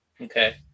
okay